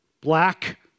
black